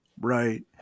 Right